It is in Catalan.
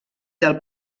del